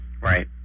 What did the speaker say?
right